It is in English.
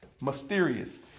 mysterious